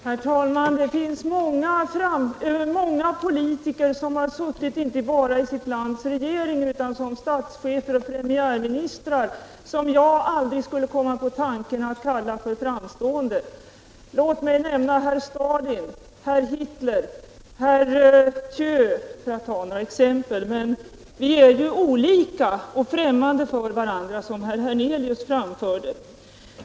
Herr talman! Det finns många politiker som har suttit inte bara i sitt lands regering, utan som statschefer och premiärministrar, som jag aldrig skulle komma på tanken att kalla för framstående. Låt mig nämna herr Stalin, herr Hitler, herr Thieu för att ta några exempel. Men vi är ju olika och främmande för varandra, som herr Hernelius framhöll.